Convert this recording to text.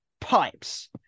pipes